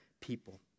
people